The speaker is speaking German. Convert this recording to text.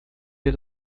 wir